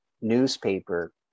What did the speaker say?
newspaper